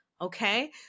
Okay